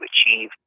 achieve